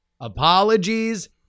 Apologies